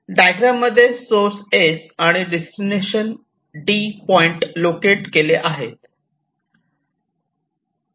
diagram मध्ये source S आणि destination D point locate केले आहेत